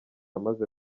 amaze